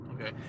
Okay